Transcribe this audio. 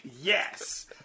Yes